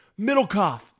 Middlecoff